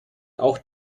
auch